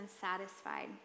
satisfied